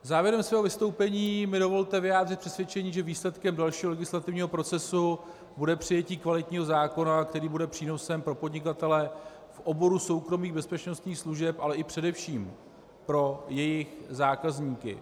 Závěrem mého vystoupení mi dovolte vyjádřit přesvědčení, že výsledkem dalšího legislativního procesu bude přijetí kvalitního zákona, který bude přínosem pro podnikatele v oboru soukromých bezpečnostních služeb, ale i především pro jejich zákazníky.